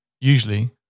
Usually